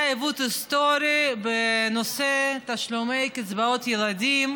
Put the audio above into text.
היה עיוות היסטורי בנושא תשלומי קצבאות ילדים,